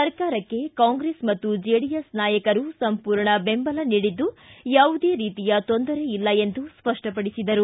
ಸರ್ಕಾರಕ್ಕೆ ಕಾಂಗ್ರೆಸ್ ಮತ್ತು ಜೆಡಿಎಸ್ ನಾಯಕರು ಸಂಪೂರ್ಣ ಬೆಂಬಲ ನೀಡಿದ್ದು ಯಾವುದೇ ರೀತಿಯ ತೊಂದರೆ ಇಲ್ಲ ಎಂದು ಸ್ಪಷ್ಟಪಡಿಸಿದರು